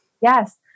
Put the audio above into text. Yes